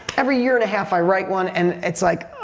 every year and a half i write one and it's like,